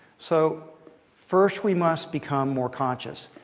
so first we must become more conscious.